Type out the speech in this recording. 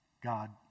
God